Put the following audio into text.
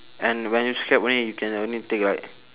and when you scrap only you can only take like